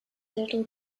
little